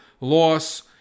loss